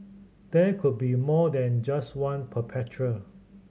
there could be more than just one perpetrator